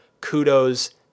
kudos